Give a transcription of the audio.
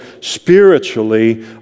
spiritually